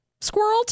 squirrel